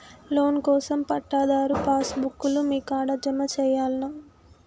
Loan కోసం పట్టాదారు passbook లు మీ కాడా జమ చేయల్నా?